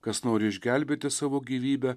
kas nori išgelbėti savo gyvybę